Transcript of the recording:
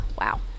Wow